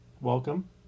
welcome